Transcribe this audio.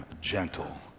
gentle